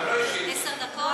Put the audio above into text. סאו,